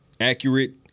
accurate